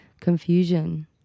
confusion